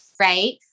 Right